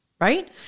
Right